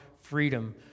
freedom